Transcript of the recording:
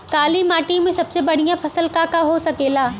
काली माटी में सबसे बढ़िया फसल का का हो सकेला?